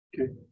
Okay